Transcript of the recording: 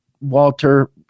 Walter